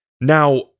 Now